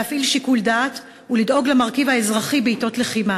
להפעיל שיקול דעת ולדאוג למרכיב האזרחי בעתות לחימה.